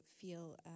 feel